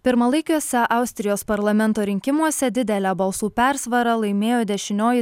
pirmalaikiuose austrijos parlamento rinkimuose didele balsų persvara laimėjo dešinioji